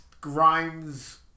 Grimes